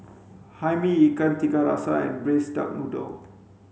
hae mee ikan tiga rasa and braised duck noodle